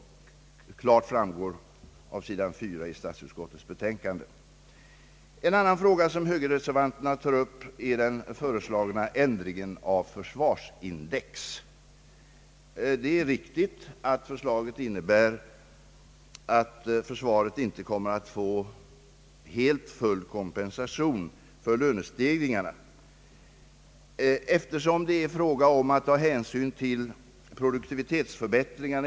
Högerreservanterna tar sedan upp frågan om den föreslagna ändringen av försvarsindex. Det är riktigt att man inom försvaret inte kommer att få samma fulla kompensation för lönestegringar under nästa budgetår som tidigare.